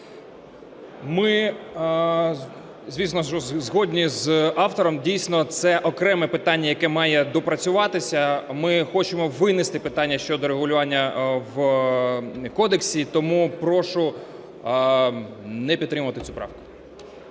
Ми звісно, що згодні з автором, дійсно, це окреме питання, яке має доопрацюватися. Ми хочемо винести питання щодо регулювання в кодексі. Тому прошу не підтримувати цю правку.